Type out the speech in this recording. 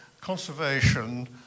conservation